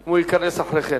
אם הוא ייכנס אחרי כן.